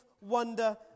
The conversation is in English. wonder